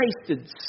tasted